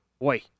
Boy